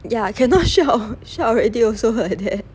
yeah cannot shout shout already also like that